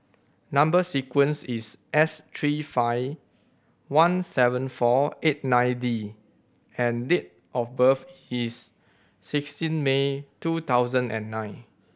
number sequence is S three five one seven four eight nine D and date of birth is sixteen May two thousand and nine